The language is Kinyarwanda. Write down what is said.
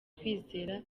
kwizera